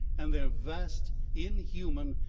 and their vast, inhuman,